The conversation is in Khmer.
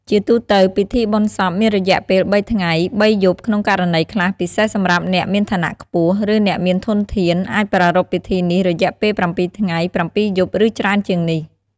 ជាទូទៅ ពិធីបុណ្យសពមានរយៈពេល ៣ ថ្ងៃ ៣ យប់ ក្នុងករណីខ្លះ ពិសេសសម្រាប់អ្នកមានឋានៈខ្ពស់ ឬអ្នកមានធនធាន អាចប្រារព្ធពិធីនេះរយៈពេល ៧ ថ្ងៃ ៧ យប់ ឬច្រើនជាងនេះ។